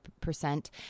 percent